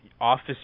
Office